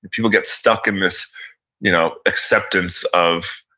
people get stuck in this you know acceptance of,